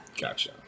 Gotcha